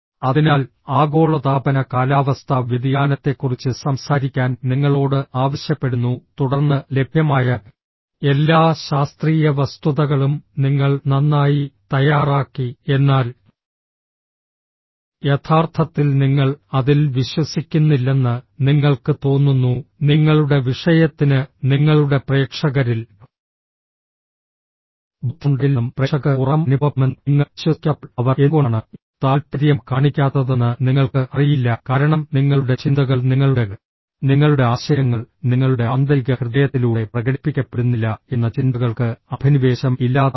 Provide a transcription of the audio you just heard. അതിനാൽ ആഗോളതാപന കാലാവസ്ഥാ വ്യതിയാനത്തെക്കുറിച്ച് സംസാരിക്കാൻ നിങ്ങളോട് ആവശ്യപ്പെടുന്നു തുടർന്ന് ലഭ്യമായ എല്ലാ ശാസ്ത്രീയ വസ്തുതകളും നിങ്ങൾ നന്നായി തയ്യാറാക്കി എന്നാൽ യഥാർത്ഥത്തിൽ നിങ്ങൾ അതിൽ വിശ്വസിക്കുന്നില്ലെന്ന് നിങ്ങൾക്ക് തോന്നുന്നു നിങ്ങളുടെ വിഷയത്തിന് നിങ്ങളുടെ പ്രേക്ഷകരിൽ ബോധ്യമുണ്ടാകില്ലെന്നും പ്രേക്ഷകർക്ക് ഉറക്കം അനുഭവപ്പെടുമെന്നും നിങ്ങൾ വിശ്വസിക്കാത്തപ്പോൾ അവർ എന്തുകൊണ്ടാണ് താൽപ്പര്യം കാണിക്കാത്തതെന്ന് നിങ്ങൾക്ക് അറിയില്ല കാരണം നിങ്ങളുടെ ചിന്തകൾ നിങ്ങളുടെ നിങ്ങളുടെ ആശയങ്ങൾ നിങ്ങളുടെ ആന്തരിക ഹൃദയത്തിലൂടെ പ്രകടിപ്പിക്കപ്പെടുന്നില്ല എന്ന ചിന്തകൾക്ക് അഭിനിവേശം ഇല്ലാതാകുന്നു